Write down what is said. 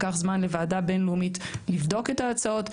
לקח זמן לוועדה בין-לאומית לבדוק את ההצעות,